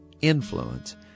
influence